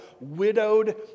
widowed